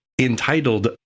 entitled